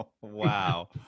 Wow